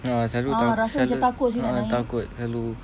ah selalu takut selalu ah takut selalu